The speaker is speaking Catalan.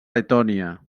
letònia